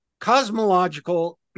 cosmological